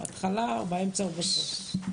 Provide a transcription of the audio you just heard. בהתחלה, באמצע או בסוף.